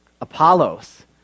Apollos